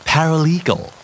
Paralegal